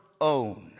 own